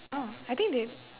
oh I think they